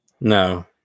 No